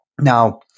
Now